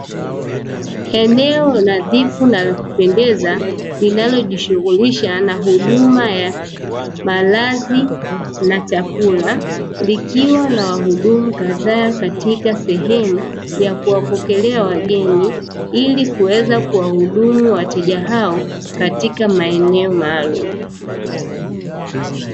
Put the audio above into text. Eneo nadhifu na la kupendeza, linalojishughulisha na huduma ya malazi na chakula, likiwa na wahudumu kadhaa katika sehemu ya kuwapokelea wageni, ili kuweza kuwahudumu wateja hao katika maeneo maalumu.